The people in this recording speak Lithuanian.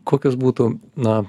kokios būtų na